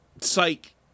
psych